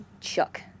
Chuck